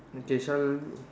okay shall